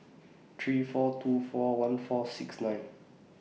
three four two four one four six nine